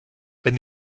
wenn